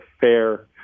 fair